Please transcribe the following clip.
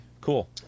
cool